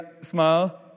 smile